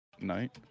night